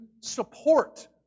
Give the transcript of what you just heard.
support